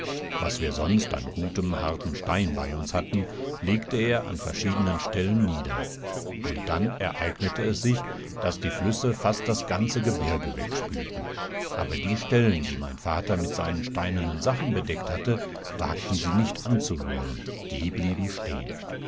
was wir sonst an gutem hartem stein bei uns hatten legte er an verschiedenenstellennieder unddannereigneteessich daßdieflüssefast das ganze gebirge wegspülten aber die stellen die mein vater mit seinen steinernen sachen bedeckt hatte wagten sie nicht anzurühren die blieben stehen